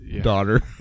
daughter